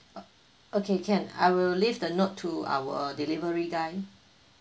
o~ okay can I will leave the note to our delivery guy